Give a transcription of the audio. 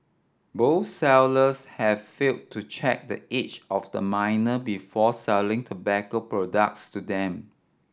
both sellers had failed to check the age of the minor before selling tobacco products to them